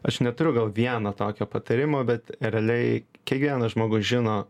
aš neturiu gal vieno tokio patarimo bet realiai kiekvienas žmogus žino